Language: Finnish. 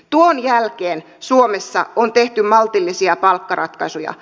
tuon jälkeen suomessa on tehty maltillisia palkkaratkaisuja